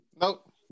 Nope